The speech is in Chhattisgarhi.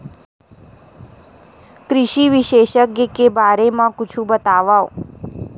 कृषि विशेषज्ञ के बारे मा कुछु बतावव?